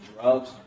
drugs